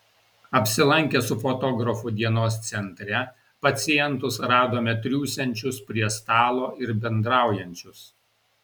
apsilankę su fotografu dienos centre pacientus radome triūsiančius prie stalo ir bendraujančius